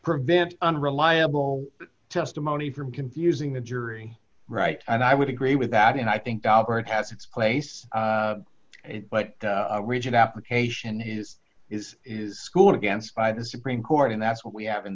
prevent unreliable testimony from confusing the jury right and i would agree with that and i think al gore it has its place but rigid application his is is school against by the supreme court and that's what we have in